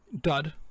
dud